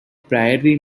priori